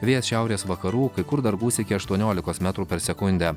vėjas šiaurės vakarų kai kur dar gūsiai iki aštuoniolikos metrų per sekundę